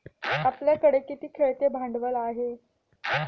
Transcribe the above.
आपल्याकडे किती खेळते भांडवल आहे?